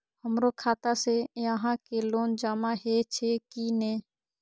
हमरो खाता से यहां के लोन जमा हे छे की ने?